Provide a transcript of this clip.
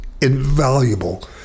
invaluable